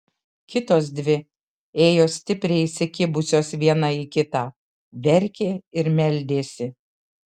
kitos dvi ėjo stipriai įsikibusios viena į kitą verkė ir meldėsi